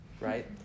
right